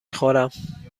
خورم